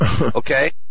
Okay